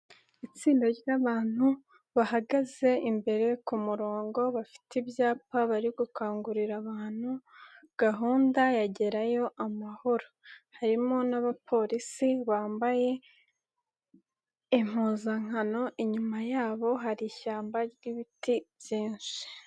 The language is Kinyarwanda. Itsinda ry'abantu bahagaze imbere ku murongo bafite ibyapa bari gukangurira abantu gahunda ya Gerayo Amahoro, harimo n'abapolisi bambaye impuzankano, inyuma yabo hari ishyamba ry'ibiti byinshi.